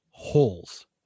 Holes